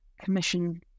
commission